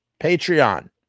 Patreon